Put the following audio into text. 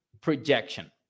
projection